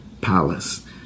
palace